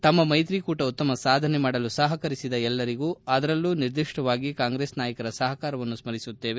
ತಮ್ಮ ಮೈತ್ರಿಕೂಟ ಉತ್ತಮ ಸಾಧನೆ ಮಾಡಲು ಸಹಕರಿಸಿದ ಎಲ್ಲರಿಗೂ ಅದರಲ್ಲೂ ನಿರ್ದಿಷ್ಲವಾಗಿ ಕಾಂಗ್ರೆಸ್ ನಾಯಕರ ಸಹಕಾರವನ್ನು ಸ್ಥರಿಸುತ್ತೇವೆ